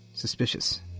suspicious